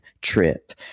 trip